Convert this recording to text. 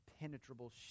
impenetrable